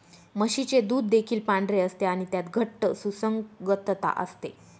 म्हशीचे दूध देखील पांढरे असते आणि त्यात घट्ट सुसंगतता असते